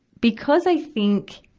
because i think,